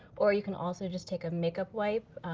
or you can also just take a makeup wipe,